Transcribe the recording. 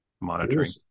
monitoring